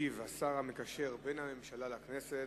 ישיב השר המקשר בין הממשלה לכנסת,